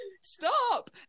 stop